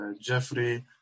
Jeffrey